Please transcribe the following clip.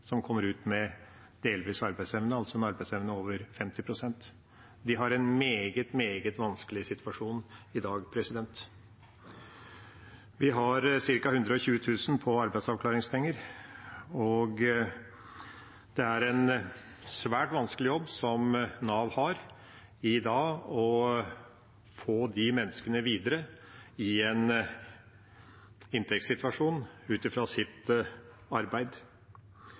som kommer ut med delvis arbeidsevne, altså med en arbeidsevne på over 50 pst. De har en meget, meget vanskelig situasjon i dag. Vi har ca. 120 000 på arbeidsavklaringspenger, og det er en svært vanskelig jobb Nav har med å få de menneskene videre i en inntektssituasjon ut fra sitt arbeid.